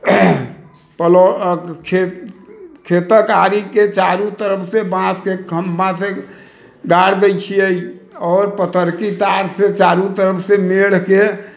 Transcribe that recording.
plot खेतक आड़ी के चारू तरफ से बाँस के खंभा से गाड़ दै छियै आओर पतरकी तार से चारू तरफ से मेड़ के